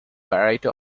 variety